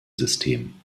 system